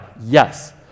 Yes